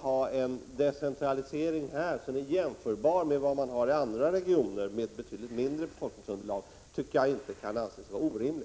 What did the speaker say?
ha en decentralisering här som är jämförbar med den i andra regioner med betydligt mindre befolkningsunderlag kan inte anses vara orimligt, tycker jag.